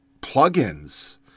plug-ins